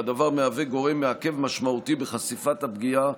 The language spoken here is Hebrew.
והדבר מהווה גורם מעכב משמעותי בחשיפת הפגיעה,